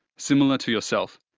similar to yourself,